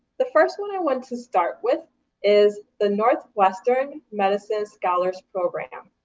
the first one i want to start with is the northwestern medicine scholars program.